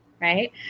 right